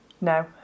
no